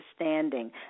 understanding